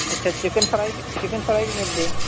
اچھا chicken fry بھی chicken fry بھی ملتی ہے